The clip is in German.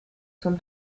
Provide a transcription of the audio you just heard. zum